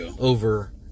over